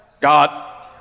God